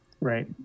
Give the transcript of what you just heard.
right